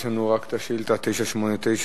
יש לנו רק את שאילתא מס' 989,